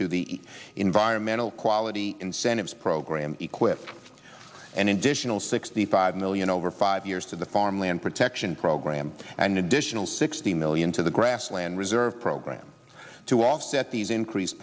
to the environmental quality incentives program equip and additional sixty five million over five years to the farm land protection program and additional sixty million to the grassland reserve program to offset these increased